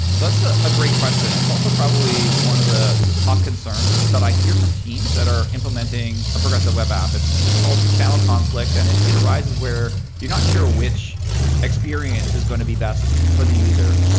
so that's ah a great question. it's also probably one of the the top concerns that i hear from teams that are implementing a progressive web app. it's it's called channel conflict. and it it arises where you're not sure which experience is going to be best for the user.